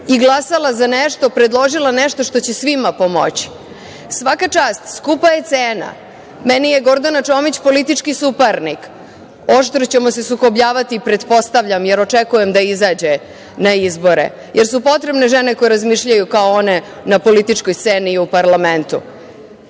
i glasala za nešto, predložila nešto što će svima pomoći. Svaka čast. Skupa je cena. Meni je Gordana Čomić politički suparnik. Oštro ćemo se sukobljavati pretpostavljam, jer očekujem da izađe na izbore, jer su potrebne žene koje razmišljaju kao one na političkoj sceni i u parlamentu. Ali